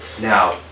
Now